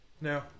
No